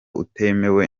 utemewe